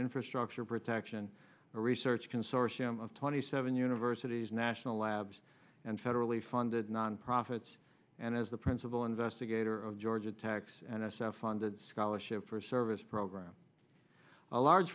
infrastructure protection a research consortium of twenty seven universities national labs and federally funded non profits and as the principal investigator of georgia tax and a self funded scholarship for a service program a large